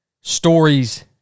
stories